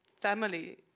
family